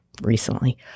recently